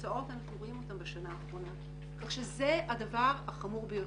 התוצאות אנחנו רואים אותן בשנה האחרונה כך שזה הדבר החמור ביותר.